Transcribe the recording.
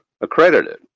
accredited